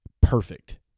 perfect